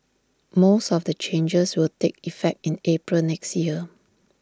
most of the changes will take effect in April next year